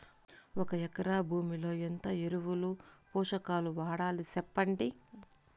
ఒక ఎకరా భూమిలో ఎంత ఎరువులు, పోషకాలు వాడాలి సెప్పండి?